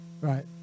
right